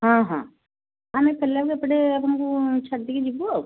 ହଁ ହଁ ଆମେ ଫେରିଲା ବେଳେ ଏପଟେ ଆପଣଙ୍କୁ ଛାଡ଼ି ଦେଇକି ଯିବୁ ଆଉ